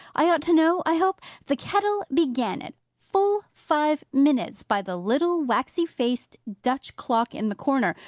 i ought to know, i hope? the kettle began it, full five minutes by the little waxy-faced dutch clock in the corner,